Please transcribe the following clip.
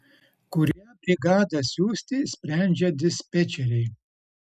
kurią brigadą siųsti sprendžia dispečeriai